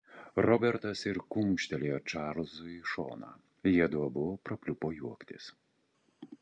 robertas ir kumštelėjo čarlzui į šoną jiedu abu prapliupo juoktis